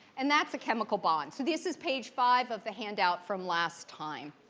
and that's a chemical bond. so this is page five of the handout from last time.